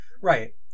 Right